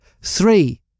Three